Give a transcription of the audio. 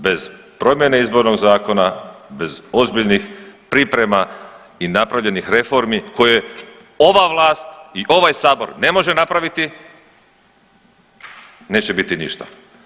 Bez promjene izbornog zakona, bez ozbiljnih priprema i napravljenih reformi koje ova vlast i ovaj sabor ne može napraviti neće biti ništa.